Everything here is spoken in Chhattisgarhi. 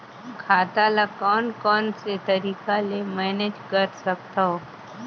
खाता ल कौन कौन से तरीका ले मैनेज कर सकथव?